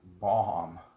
bomb